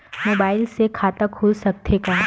Mobile से खाता खुल सकथे का?